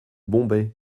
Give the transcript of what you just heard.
bombay